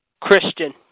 Christian